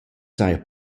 saja